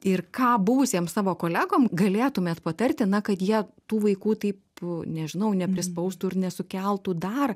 ir ką buvusiem savo kolegom galėtumėt patarti na kad jie tų vaikų taip nežinau neprispaustų ir nesukeltų dar